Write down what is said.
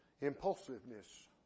impulsiveness